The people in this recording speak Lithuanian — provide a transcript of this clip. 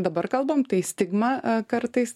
dabar kalbam tai stigma kartais